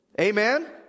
Amen